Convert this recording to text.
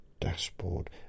dashboard